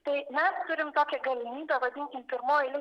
tai mes turim tokią galimybę vadinkim pirmoj eilėj